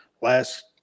last